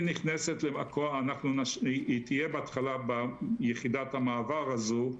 היא תהיה בהתחלה ביחידת המעבר הזו,